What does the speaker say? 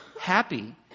happy